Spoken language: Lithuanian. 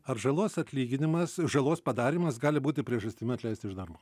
ar žalos atlyginimas žalos padarymas gali būti priežastimi atleisti iš darbo